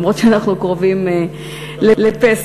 אף שאנחנו קרובים לפסח,